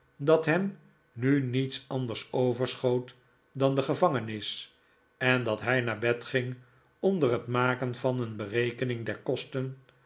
dat hem nu niets anders overschoot dan de gevangenis en dat hij naar bed ging onder het maken van een berekening der kosten